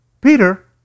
Peter